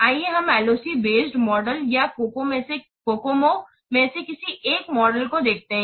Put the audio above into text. आइए हम L O C based model या COCOMO में से किसी एक मॉडल को देखते हैं